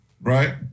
right